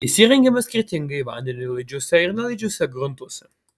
jis įrengiamas skirtingai vandeniui laidžiuose ir nelaidžiuose gruntuose